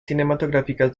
cinematográficas